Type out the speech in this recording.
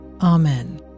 Amen